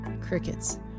crickets